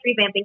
revamping